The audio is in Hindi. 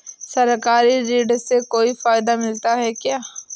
सरकारी ऋण से कोई फायदा मिलता है क्या?